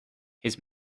his